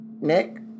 Nick